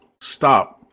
Stop